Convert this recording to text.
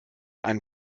ein